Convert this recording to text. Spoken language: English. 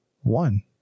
one